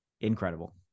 incredible